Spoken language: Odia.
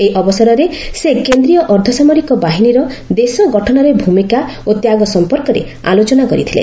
ଏହି ଅବସରରେ ସେ କେନ୍ଦ୍ରୀୟ ଅର୍ଦ୍ଧସାମରିକ ବାହିନୀର ଦେଶ ଗଠନରେ ଭୂମିକା ଓ ତ୍ୟାଗ ସମ୍ପର୍କରେ ଆଲୋଚନା କରିଥିଲେ